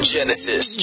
Genesis